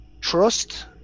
Trust